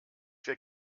wir